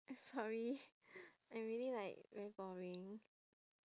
eh sorry I'm really like very boring